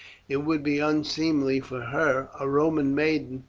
it would be unseemly for her, a roman maiden,